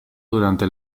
durante